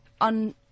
on